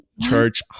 church